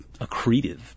accretive